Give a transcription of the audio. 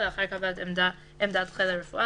לאחר קבלת עמדת חיל הרפואה,